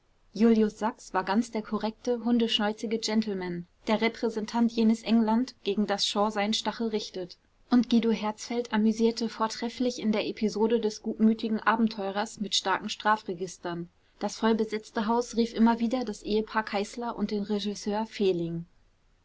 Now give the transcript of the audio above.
julius sachs war ganz der korrekte hundeschnäuzige gentleman der repräsentant jenes england gegen das shaw seinen stachel richtet und guido herzfeld amüsierte vortrefflich in der episode eines gutmütigen abenteurers mit starken strafregistern das vollbesetzte haus rief immer wieder das ehepaar kayßler und den regisseur fehling